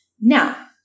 Now